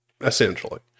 essentially